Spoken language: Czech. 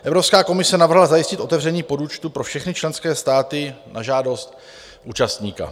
Evropská komise navrhla zajistit otevření podúčtu pro všechny členské státy na žádost účastníka.